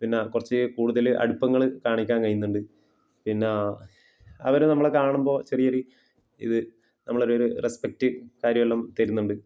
പിന്നെ കുറച്ച് കൂടുതൽ അടുപ്പങ്ങൾ കാണിക്കാൻ കഴിയുന്നുണ്ട് പിന്നെ അവർ നമ്മളെ കാണുമ്പോൾ ചെറിയ ഒരു ഇത് നമ്മളെ ഒരു ഒരു റെസ്പെക്റ്റ് കാര്യം എല്ലാം തരുന്നുണ്ട്